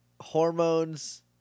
hormones